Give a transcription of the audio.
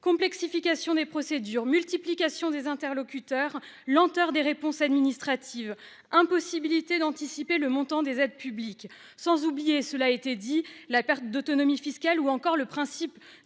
complexification des procédures, multiplication des interlocuteurs, lenteurs des réponses administratives, ou encore impossibilité d'anticiper le montant des aides publiques, sans oublier la perte d'autonomie fiscale ou l'oubli du principe